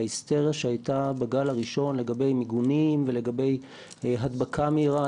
ההיסטריה שהייתה בגל הראשון לגבי מיגונים ולגבי הדבקה מהירה,